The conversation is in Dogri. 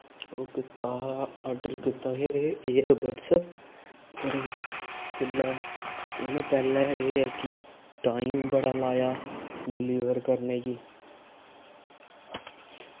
ओह् कीता हा ऑर्डर कीता हा ईयरबर्डस ते जेल्लै उनें पैह्लें एह् ऐ कि टाईम बड़ा लाया डिलीवर करने गी